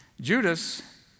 Judas